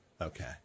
Okay